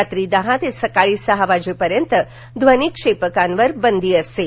रात्री दहा ते सकाळी सहा वाजेपर्यंत ध्वनीक्षेपकावर बंदी असेल